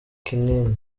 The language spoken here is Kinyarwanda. kinini